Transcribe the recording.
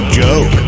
joke